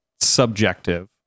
subjective